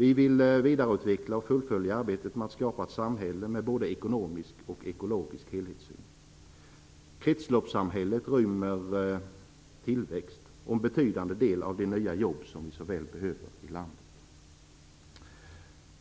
Vi vill vidareutveckla och fullfölja arbetet med att skapa ett samhälle med både ekonomisk och ekologisk helhetssyn. Kretsloppssamhället rymmer tillväxt och en betydande del av de nya jobb som vi så väl behöver i landet.